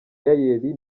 yayeli